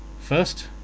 First